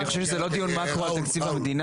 אני חושב שזה לא דיון מאקרו על תקציב המדינה,